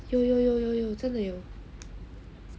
有有有真的有